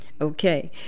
Okay